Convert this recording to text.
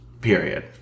period